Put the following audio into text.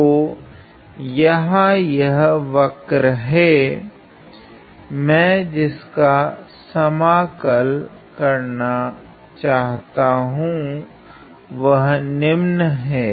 तो यहाँ यह वक्र हैं मैं जिसका समाकल करना चाहता हूँ वह निम्न है